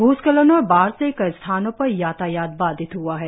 भूस्खलन और बाढ़ से कई स्थानों पर यातायात बाधित हुआ है